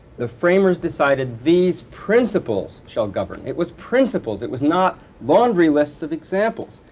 the framers decided these principles shall govern. it was principles, it was not laundry lists of examples.